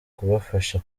kubafasha